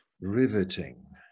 riveting